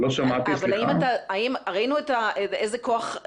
ראינו איזה כוח,